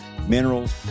minerals